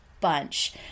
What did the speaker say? bunch